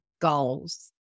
goals